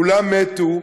כולם מתו.